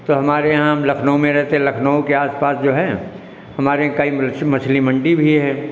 तो हमारे यहाँ हम लखनऊ में रहते लखनऊ के आसपास जो है हमारे कई मछली मंडी भी है